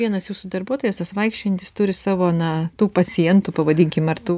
vienas jūsų darbuotojas tas vaikščiojantis turi savo na tų pacientų pavadinkim ar tų